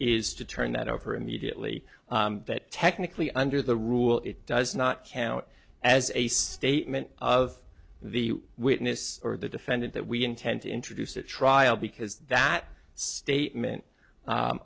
is to turn that over immediately that technically under the rule it does not count as a statement of the witness or the defendant that we intend to introduce at trial because that statement